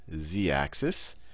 z-axis